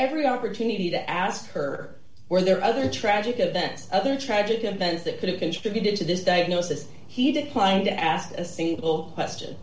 every opportunity to ask her were there other tragic events other tragic events that could have contributed to this diagnosis he declined to ask a single question